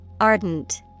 Ardent